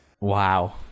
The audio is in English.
Wow